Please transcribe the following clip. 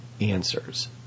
answers